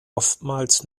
oftmals